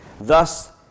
thus